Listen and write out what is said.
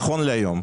נכון להיום,